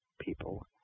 people